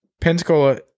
Pensacola